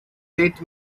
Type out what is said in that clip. let